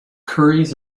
curries